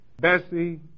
Bessie